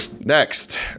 Next